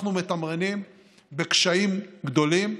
אנחנו מתמרנים בקשיים גדולים,